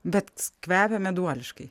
bet kvepia meduoliškai